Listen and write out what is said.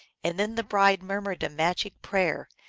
and then the bride murmured a magic prayer,